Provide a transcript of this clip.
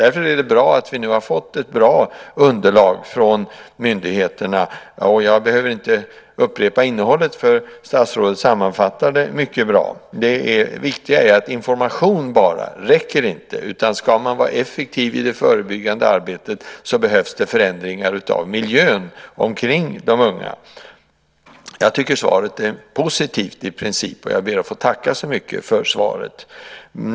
Därför är det bra att vi nu har fått ett bra underlag från myndigheterna. Jag behöver inte upprepa innehållet; statsrådet sammanfattade det mycket bra. Det viktiga är att bara information inte räcker, utan ska man vara effektiv i det förebyggande arbetet behövs det förändringar av miljön omkring de unga. Jag tycker att svaret i princip är positivt, och jag ber att få tacka så mycket för svaret.